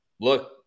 Look